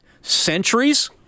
Centuries